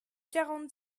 quarante